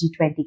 G20